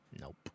nope